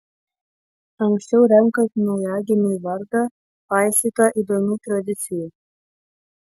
anksčiau renkant naujagimiui vardą paisyta įdomių tradicijų